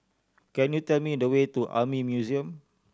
can you tell me the way to Army Museum